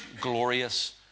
Glorious